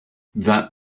that